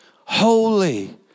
holy